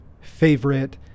favorite